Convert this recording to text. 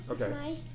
Okay